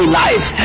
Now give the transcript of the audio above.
life